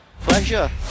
pleasure